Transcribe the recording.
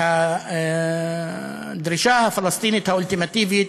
והדרישה הפלסטינית האולטימטיבית,